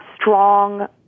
strong